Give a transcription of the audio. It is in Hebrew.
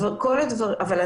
אנחנו